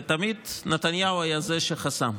ותמיד נתניהו היה זה שחסם.